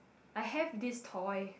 I have this toy